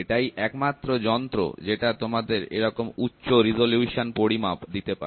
এটাই একমাত্র যন্ত্র যেটা তোমাদের এরকম উচ্চ রিজলিউশন পরিমাপ দিতে পারে